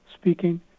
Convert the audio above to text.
speaking